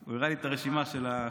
הוא הראה לי את הרשימה של הח"כים.